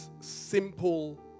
simple